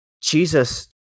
Jesus